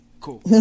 Cool